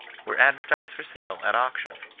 were advertised for sale at auction.